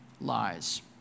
lies